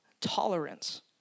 Tolerance